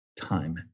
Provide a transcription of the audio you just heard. time